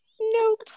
Nope